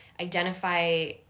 identify